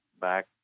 back